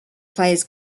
plays